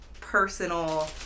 personal